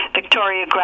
Victoria